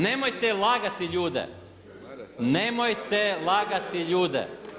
Nemojte lagati ljude, nemojte lagati ljude.